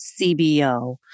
CBO